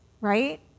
right